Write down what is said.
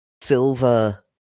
silver